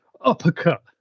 uppercut